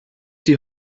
die